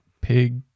pig